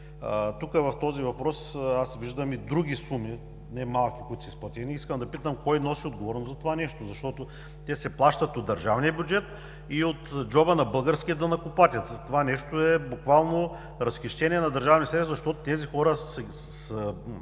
В този въпрос виждам и други суми, не малки, които са изплатени. Искам да питам: кой носи отговорност за това нещо, защото те се плащат от държавния бюджет и от джоба на българския данъкоплатец? Това буквално е разхищение на държавни средства, защото тези хора са